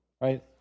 right